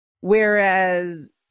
Whereas